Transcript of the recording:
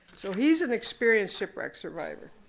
so he's an experienced shipwreck survivor.